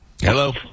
Hello